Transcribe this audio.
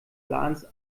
ladens